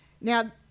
now